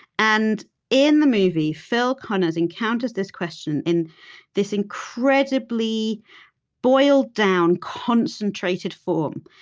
and in the movie, phil connors encounters this question in this incredibly boiled-down, concentrated form.